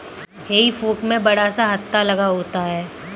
हेई फोक में बड़ा सा हत्था लगा होता है